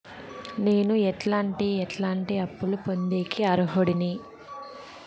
నేను ఎట్లాంటి ఎట్లాంటి అప్పులు పొందేకి అర్హుడిని?